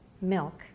milk